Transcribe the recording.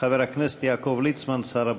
חבר הכנסת יעקב ליצמן, שר הבריאות.